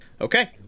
Okay